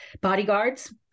bodyguards